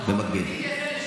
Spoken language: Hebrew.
במקרה הזה ודאי,